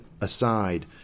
aside